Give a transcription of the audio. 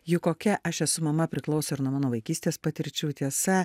juk kokia aš esu mama priklauso ir nuo mano vaikystės patirčių tiesa